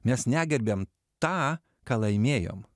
mes negerbiam tą ką laimėjom